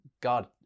God